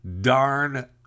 darn